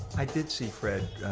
i did see fred